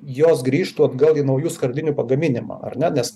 jos grįžtų atgal į naujų skardinių pagaminimą ar ne nes